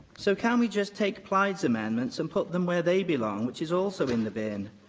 so, can we just take plaid's amendments and put them where they belong, which is also in the bin?